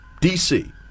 DC